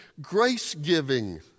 grace-giving